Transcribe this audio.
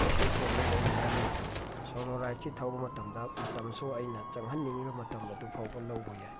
ꯀꯩꯁꯨ ꯄ꯭ꯔꯣꯕ꯭ꯂꯦꯝ ꯑꯣꯏꯅꯤꯡꯉꯥꯏ ꯂꯩꯇꯦ ꯁꯣꯂꯣ ꯔꯥꯏꯠꯁꯤ ꯊꯧꯕ ꯃꯇꯝꯗ ꯃꯇꯝꯁꯨ ꯑꯩꯅ ꯆꯪꯍꯟꯅꯤꯡꯉꯤꯕ ꯃꯇꯝ ꯑꯗꯨꯐꯥꯎꯕ ꯂꯧꯕ ꯌꯥꯏ